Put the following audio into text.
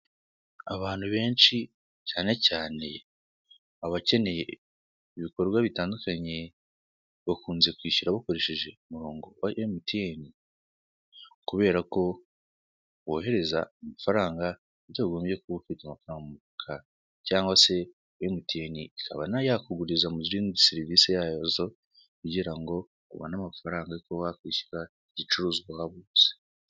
Abantu benshi cyane cyane abakeneye ibikorwa bitandukanye, bakunze kwishyura bakoresheje umurongo wa Emutiyeni, kubera ko wohereza amafaranga bitagombye kuba ufite amafaranga mu mufuka; cyangwa se Emutiyeni ikaba na yo yakuguriza mu zindi serivisi zayo kugira ngo ubone amafaranga yo kuba wakwishyura igicuruzwa waba uguze.